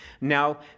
now